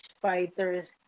fighters